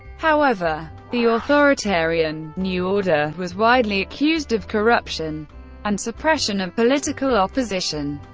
however, the authoritarian new order was widely accused of corruption and suppression of political opposition.